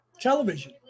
television